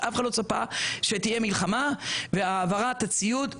אף אחד לא צפה שתהיה מלחמה ושהעברת הציוד תתעכב.